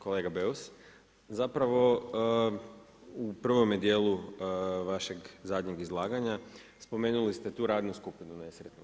Kolega Beus, zapravo u prvome dijelu vašeg zadnjeg izlaganja spomenuli ste tu radnu skupinu nesretnu.